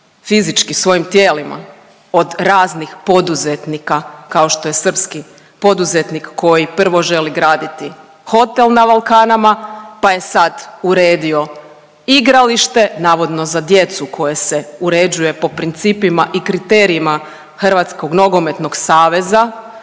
fizički svojim tijelima od raznih poduzetnika kao što je srpski poduzetnik koji prvo želi graditi hotel na Valkanama, pa je sad uredio igralište navodno za djecu koje se uređuje po principima i kriterijima Hrvatskog nogometnog saveza,